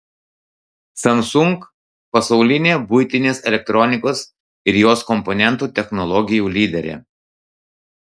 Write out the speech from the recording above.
samsung pasaulinė buitinės elektronikos ir jos komponentų technologijų lyderė